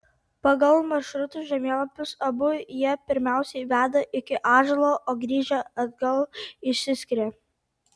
pagal maršrutų žemėlapius abu jie pirmiausiai veda iki ąžuolo o grįžę atgal išsiskiria